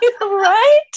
right